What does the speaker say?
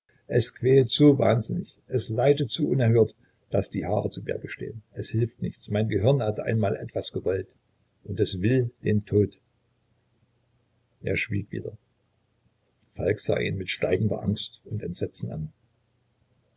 es quält sich so wahnsinnig es leidet so unerhört daß die haare zu berge stehen es hilft nichts mein gehirn hat einmal etwas gewollt und es will den tod er schwieg wieder falk sah ihn mit steigender angst und entsetzen an